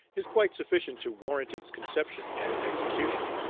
is quite sufficient to warrant its conception and execution.